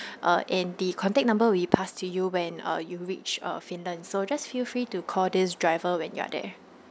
uh and the contact number we pass to you when uh you reach uh finland so just feel free to call this driver when you are there